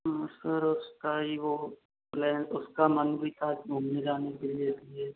हाँ सर उसका ही वो प्लान उसका मन भी था घूमने जाने के लिए इसलिए